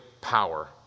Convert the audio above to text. power